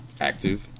active